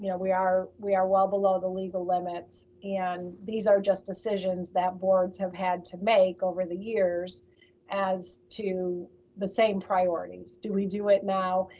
you know we are we are well below the legal limits, and these are just decisions that boards have had to make over the years as to the same priorities. do we do it now?